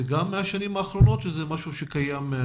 זה גם מהשנים האחרונות או זה משהו שקיים?